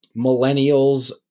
millennials